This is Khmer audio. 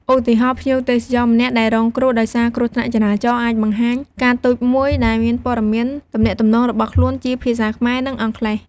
ឧទាហរណ៍ ភ្ញៀវទេសចរម្នាក់ដែលរងគ្រោះដោយសារគ្រោះថ្នាក់ចរាចរណ៍អាចបង្ហាញកាតតូចមួយដែលមានព័ត៌មានទំនាក់ទំនងរបស់ខ្លួនជាភាសាខ្មែរ និងអង់គ្លេស។